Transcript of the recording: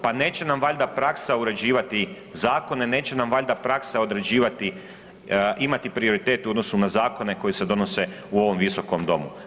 Pa neće nam valja praksa uređivati zakone, neće nam valjda praksa određivati, imati prioritet u odnosu na zakone koji se donose u ovom visokom domu.